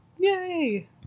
Yay